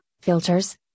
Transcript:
filters